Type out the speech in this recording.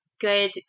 good